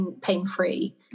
pain-free